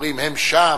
אומרים: הם שם,